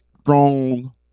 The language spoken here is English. Strong